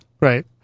Right